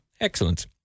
Excellent